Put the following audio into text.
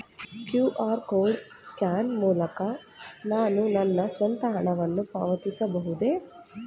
QR code scan ಮೂಲಕ ನಾನು ನನ್ನ ಸ್ವಂತ ಹಣವನ್ನು ಪಾವತಿಸಬಹುದೇ?